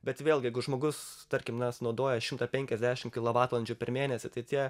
bet vėlgi jeigu žmogus tarkim na naudoja įimtą penkiasdešimt kilovatvalandžių per mėnesį tai tie